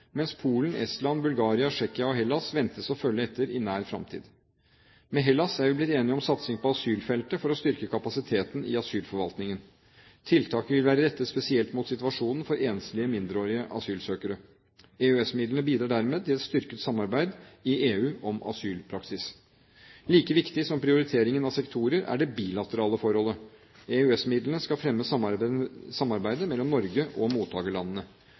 mens Polen, Estland, Bulgaria, Tsjekkia og Hellas ventes å følge etter i nær fremtid. Med Hellas er vi blitt enige om en satsing på asylfeltet for å styrke kapasiteten i asylforvaltningen. Tiltak vil være rettet spesielt mot situasjonen for enslige mindreårige asylsøkere. EØS-midlene bidrar dermed til et styrket samarbeid i EU om asylpraksis. Like viktig som prioriteringen av sektorer er det bilaterale forholdet. EØS-midlene skal fremme samarbeidet mellom Norge og mottakerlandene.